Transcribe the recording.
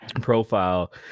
profile